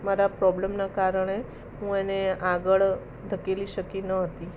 મારા પ્રોબલમનાં કારણે હું એને આગળ ધકેલી શકી ન હતી